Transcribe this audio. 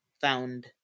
found